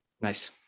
Nice